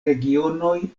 regionoj